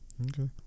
okay